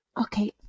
Okay